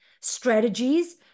strategies